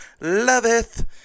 loveth